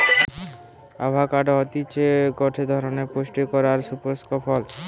avocado হতিছে গটে ধরণের পুস্টিকর আর সুপুস্পক ফল